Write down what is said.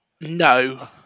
no